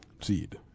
seed